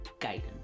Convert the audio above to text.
guidance